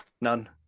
None